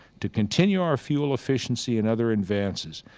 to continue our fuel efficiency and other advances,